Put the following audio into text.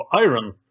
iron